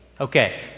Okay